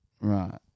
Right